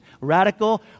Radical